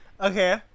okay